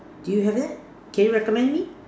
do you have that can you recommend me